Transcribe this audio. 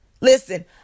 Listen